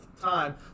Time